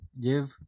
give